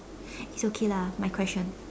it's okay lah my question